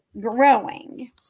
growing